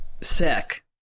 sick